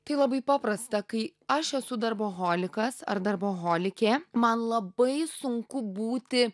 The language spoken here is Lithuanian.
tai labai paprasta kai aš esu darboholikas ar darboholikė man labai sunku būti